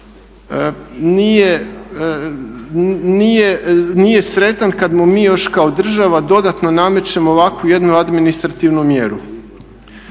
nije sretan kad mu mi još kao država dodatno namećemo ovakvu jednu administrativnu mjeru.